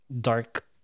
dark